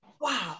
wow